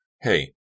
Hey